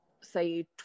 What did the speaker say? say